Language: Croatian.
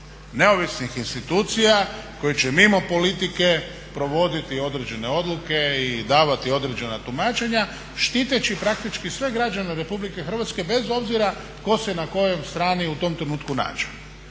neovisnih institucija koje će mimo politike provoditi određene odluke i davati određena tumačenja štiteći praktički sve građane RH bez obzira tko se na kojoj strani u tom trenutku nađe.